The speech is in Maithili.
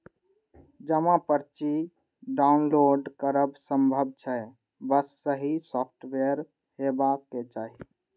जमा पर्ची डॉउनलोड करब संभव छै, बस सही सॉफ्टवेयर हेबाक चाही